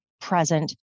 present